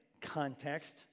context